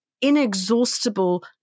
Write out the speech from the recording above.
inexhaustible